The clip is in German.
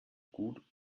gut